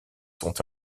sont